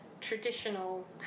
traditional